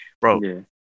bro